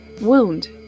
wound